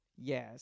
yes